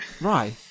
Right